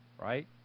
right